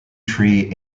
tree